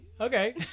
Okay